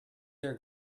their